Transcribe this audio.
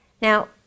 Now